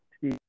see